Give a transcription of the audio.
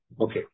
Okay